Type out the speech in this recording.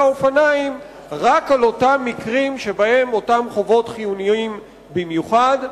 האופניים רק באותם מקרים שבהם אותן חובות חיוניות במיוחד.